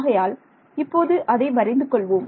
ஆகையால் இப்போது அதை வரைந்து கொள்வோம்